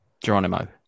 Geronimo